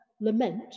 lament